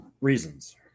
reasons